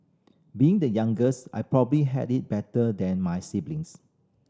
being the youngest I probably had it better than my siblings